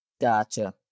Gotcha